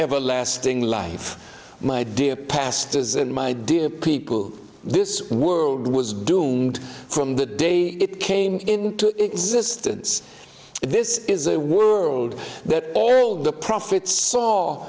everlasting life my dear pastors and my dear people this world was doomed from the day it came into existence this is a world that earl the prophet saw